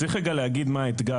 צריך רגע להגיד מה האתגר.